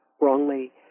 wrongly